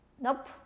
nope